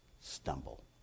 stumble